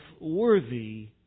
worthy